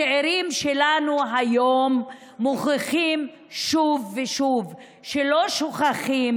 הצעירים שלנו היום מוכיחים שוב ושוב שלא שוכחים,